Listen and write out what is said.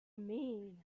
mean